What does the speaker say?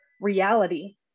reality